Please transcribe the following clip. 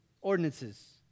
Ordinances